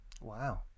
Wow